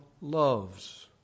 loves